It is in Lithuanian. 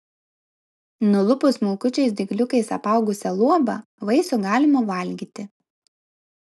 nulupus smulkučiais dygliukais apaugusią luobą vaisių galima valgyti